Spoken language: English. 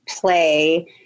play